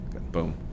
Boom